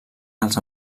els